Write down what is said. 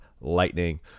Lightning